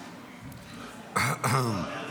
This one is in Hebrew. לציון עליית